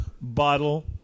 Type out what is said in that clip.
bottle